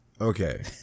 okay